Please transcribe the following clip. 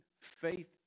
faith